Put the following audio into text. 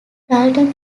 dalton